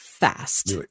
Fast